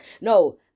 No